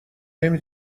نمی